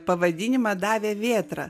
pavadinimą davė vėtra